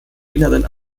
inneren